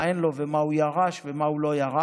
מה אין ומה הוא ירש ומה הוא לא ירש.